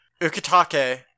Ukitake